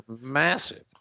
massive